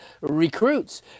recruits